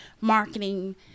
marketing